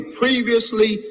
previously